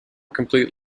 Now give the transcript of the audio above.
complete